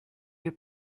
your